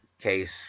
case